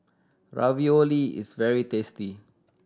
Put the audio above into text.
ravioli is very tasty